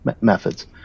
methods